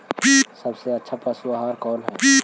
सबसे अच्छा पशु आहार कौन है?